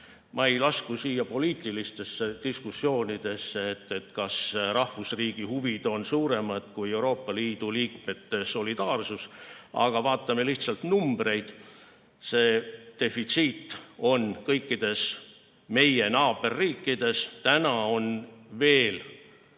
Ma ei lasku siin poliitilistesse diskussioonidesse selle üle, kas rahvusriigi huvid on suuremad kui Euroopa Liidu liikmete solidaarsus, aga vaatame lihtsalt numbreid. Defitsiit on kõikides meie naaberriikides. Täna on veel